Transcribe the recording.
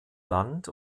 land